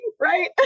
right